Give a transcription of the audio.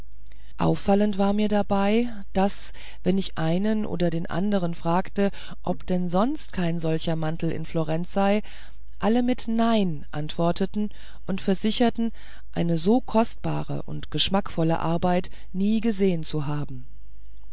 auffallend war mir dabei daß wenn ich einen oder den andern fragte ob denn sonst kein solcher mantel in florenz sei alle mit nein antworteten und versicherten eine so kostbare und geschmackvolle arbeit nie gesehen zu haben